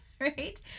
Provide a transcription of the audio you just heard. Right